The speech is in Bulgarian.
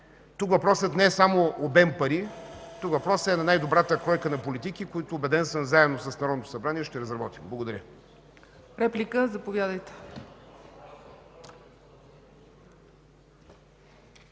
Тук въпросът е не само обем пари, тук въпросът е най-добрата кройка на политики, които, убеден съм, заедно с Народното събрание ще разработим. Благодаря.